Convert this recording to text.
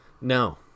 No